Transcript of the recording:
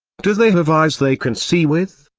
do they have eyes they can see with?